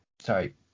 sorry